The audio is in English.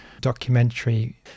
Documentary